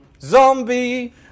zombie